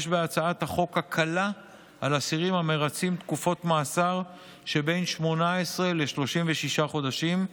יש בהצעת החוק הקלה על אסירים המבצעים תקופות מאסר שבין 18 ל-36 חודשים,